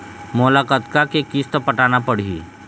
मोला कतका के किस्त पटाना पड़ही?